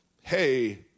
hey